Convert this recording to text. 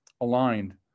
aligned